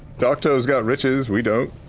darktow's got riches. we don't.